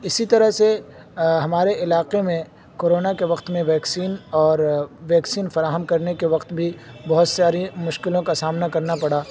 اسی طرح سے ہمارے علاقے میں کرونا کے وقت میں ویکسین اور ویکسین فراہم کرنے کے وقت بھی بہت ساری مشکلوں کا سامنا کرنا پڑا